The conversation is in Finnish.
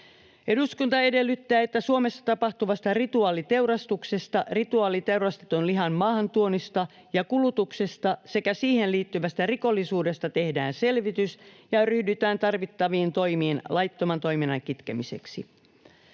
Eduskunta edellyttää, että Suomessa tapahtuvasta rituaaliteurastuksesta, rituaaliteurastetun lihan maahantuonnista ja kulutuksesta sekä siihen liittyvästä rikollisuudesta tehdään selvitys ja ryhdytään tarvittaviin toimiin laittoman toiminnan kitkemiseksi.”